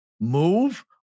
move